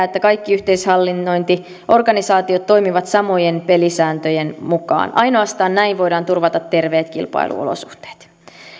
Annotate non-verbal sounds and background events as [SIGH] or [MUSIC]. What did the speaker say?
[UNINTELLIGIBLE] että kaikki yhteishallinnointiorganisaatiot toimivat samojen pelisääntöjen mukaan ainoastaan näin voidaan turvata terveet kilpailuolosuhteet